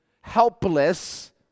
helpless